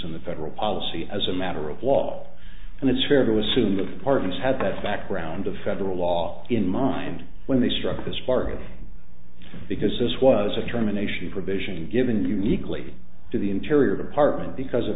in the federal policy as a matter of law and it's fair to assume that the parties had that background of federal law in mind when they struck this party because this was a terminations provision given uniquely to the interior department because of